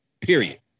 period